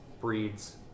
breeds